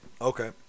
Okay